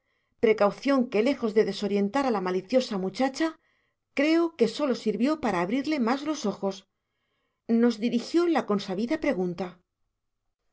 precaución que lejos de desorientar a la maliciosa muchacha creo que sólo sirvió para abrirle más los ojos nos dirigió la consabida pregunta